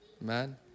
Man